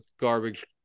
garbage